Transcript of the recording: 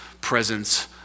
presence